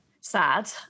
sad